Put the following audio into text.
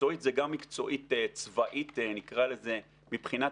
מקצועית זה גם מקצועית צבאית מבחינת